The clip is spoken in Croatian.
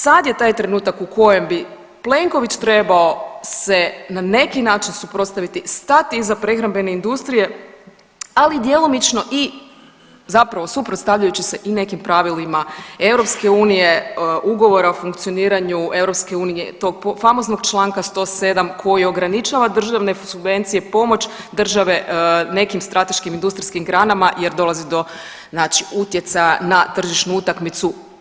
Sad je taj trenutak u kojem bi Plenković trebao se na neki način suprotstaviti, stat iza prehrambene industrije, ali djelomično i zapravo suprotstavljajući se i nekim pravilima EU, ugovora o funkcioniraju EU, tog famoznog Članka 107. koji ograničava državne subvencije, pomoć države nekim strateškim industrijskim granama jer dolazi do znači utjecaja na tržišnu utakmicu.